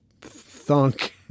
thunk